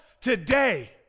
today